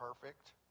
perfect